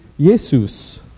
Jesus